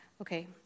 Okay